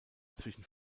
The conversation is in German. zwischen